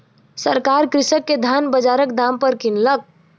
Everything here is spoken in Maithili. सरकार कृषक के धान बजारक दाम पर किनलक